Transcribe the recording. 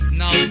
now